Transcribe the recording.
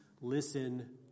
Listen